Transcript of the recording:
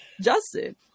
Justin